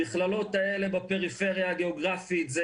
המכללות האלה בפריפריה הגיאוגרפית,